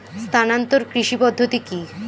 স্থানান্তর কৃষি পদ্ধতি কি?